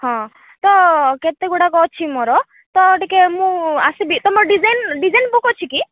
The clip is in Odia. ହଁ ତ କେତେଗୁଡ଼ିକ ଅଛି ମୋର ତ ଟିକେ ମୁଁ ଆସିବି ତୁମ ଡିଜାଇନ୍ ଡିଜାଇନ୍ ବୁକ୍ ଅଛି କି